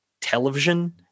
television